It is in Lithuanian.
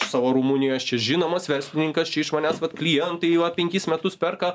savo rumunijos čia žinomas verslininkas čia iš manęs vat klientai jau va penkis metus perka